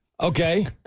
Okay